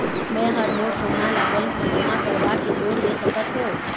मैं हर मोर सोना ला बैंक म जमा करवाके लोन ले सकत हो?